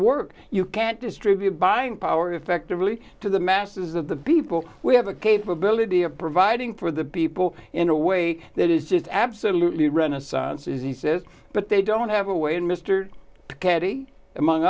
work you can't distribute buying power effectively to the masses of the people we have a capability of providing for the people in a way that is just absolutely renaissance is he says but they don't have a way and mr caddy among